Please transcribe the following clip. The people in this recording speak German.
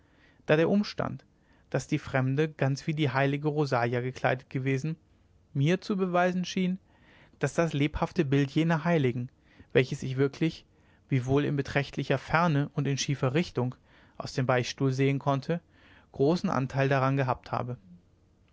da der umstand daß die fremde ganz wie die heilige rosalia gekleidet gewesen mir zu beweisen schien daß das lebhafte bild jener heiligen welches ich wirklich wiewohl in beträchtlicher ferne und in schiefer richtung aus dem beichtstuhl sehen konnte großen anteil daran gehabt habe